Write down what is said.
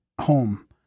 home